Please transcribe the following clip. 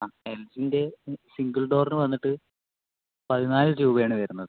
ആ എൽജീൻ്റെ സിംഗിൾ ഡോറിന് വന്നിട്ട് പതിനാല് രൂപ ആണ് വരുന്നത്